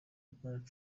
donald